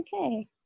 okay